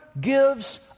gives